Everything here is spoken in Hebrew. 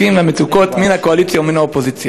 איננה נוכחת.